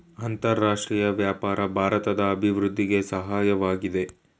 ಅಂತರರಾಷ್ಟ್ರೀಯ ವ್ಯಾಪಾರ ಭಾರತದ ಅಭಿವೃದ್ಧಿಗೆ ಸಹಾಯವಾಗಿದೆ